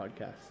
podcast